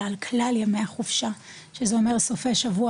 אלא כלל ימי החופשה שזה אומר סופי שבוע,